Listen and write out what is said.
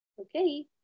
Okay